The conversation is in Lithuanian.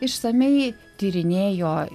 išsamiai tyrinėjo